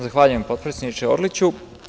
Zahvaljujem, potpredsedniče Orliću.